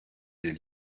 des